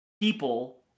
people